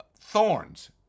thorns